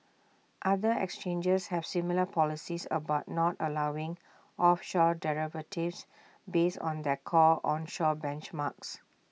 other exchanges have similar policies about not allowing offshore derivatives based on their core onshore benchmarks